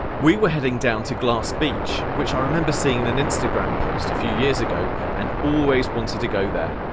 we were heading down to glass beach, which i remembered seeing in an instagram post a few years ago and always wanted to go there.